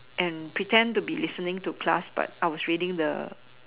and pretend to be listening to class but I was reading the